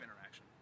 interaction